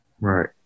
Right